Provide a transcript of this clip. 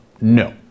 No